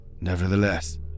Nevertheless